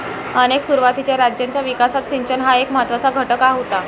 अनेक सुरुवातीच्या राज्यांच्या विकासात सिंचन हा एक महत्त्वाचा घटक होता